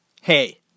Hey